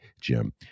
Jim